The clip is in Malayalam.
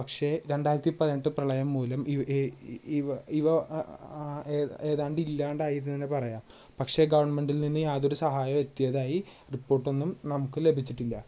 പക്ഷേ രണ്ടായിരത്തി പതിനെട്ട് പ്രളയം മൂലം ഇവ ഇ ഇ ഇവ ഏതാണ്ട് ഏതാണ്ട് ഇല്ലാണ്ടായി എന്ന് തന്നെ പറയാം പക്ഷേ ഗവൺമെൻറ്റിൽ നിന്ന് യാതൊരു സഹായോം എത്തിയതായി റിപ്പോർട്ട് ഒന്നും നമുക്ക് ലഭിച്ചിട്ടില്ല